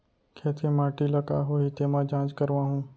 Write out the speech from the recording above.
खेत के माटी ल का होही तेमा जाँच करवाहूँ?